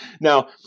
Now